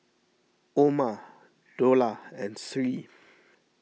Umar Dollah and Sri